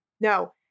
no